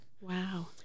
wow